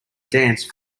dance